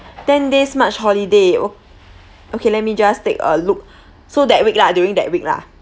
ten days march holiday o~ okay let me just take a look so that week lah during that week lah